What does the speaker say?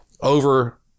over